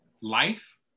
life